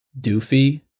doofy